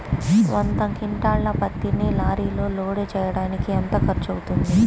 వంద క్వింటాళ్ల పత్తిని లారీలో లోడ్ చేయడానికి ఎంత ఖర్చవుతుంది?